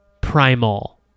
primal